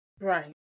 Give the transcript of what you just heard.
Right